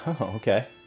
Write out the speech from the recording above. okay